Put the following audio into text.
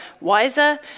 wiser